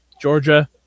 Georgia